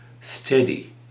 steady